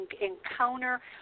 encounter